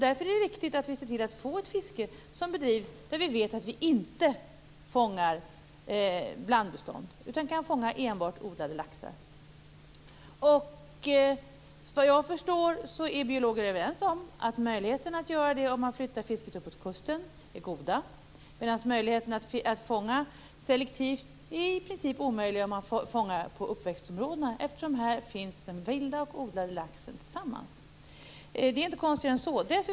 Därför är det viktigt att vi ser till att få ett fiske där vi vet att vi inte fångar blandbestånd utan enbart fångar odlade laxar. Såvitt jag förstår är biologer överens om att möjligheten är god att göra det om man flyttar fisket uppåt kusten medan det i princip är omöjligt att fånga selektivt om man fångar på uppväxtområdena, eftersom den vilda och odlade laxen här finns tillsammans. Det är inte konstigare än så.